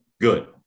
good